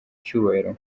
cyubahiro